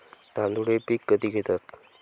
तांदूळ हे पीक कधी घेतात?